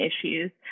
issues